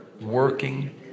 working